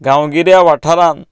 गांवगिऱ्या वाठारांत